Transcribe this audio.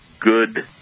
good